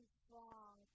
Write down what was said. strong